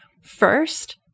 First